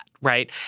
right